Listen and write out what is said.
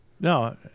No